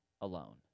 alone